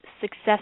success